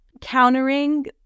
countering